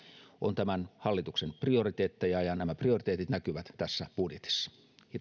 ovat tämän hallituksen prioriteetteja ja nämä prioriteetit näkyvät tässä budjetissa kiitoksia